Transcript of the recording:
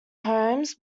homes